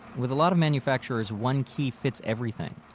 with a lot of manufacturers one key fits everything.